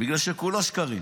בגלל שכולו שקרים.